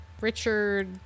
Richard